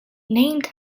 named